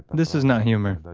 this is not humor,